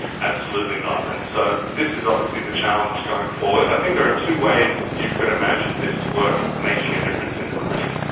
absolutely not. and so this is obviously the challenge going forward. i think there are two ways you could imagine this work making a difference in the clinic.